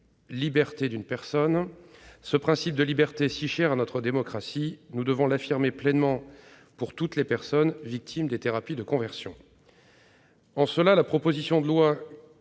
liberté d'une personne. Ce principe de liberté, si cher à notre démocratie, nous devons l'affirmer pleinement pour toutes les personnes victimes des thérapies de conversion. Cette proposition de loi